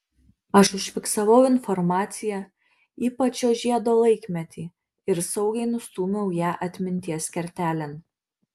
aš užfiksavau informaciją ypač šio žiedo laikmetį ir saugiai nustūmiau ją atminties kertelėn